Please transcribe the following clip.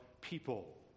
people